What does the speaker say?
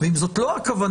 ואם זאת לא הכוונה,